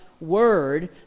Word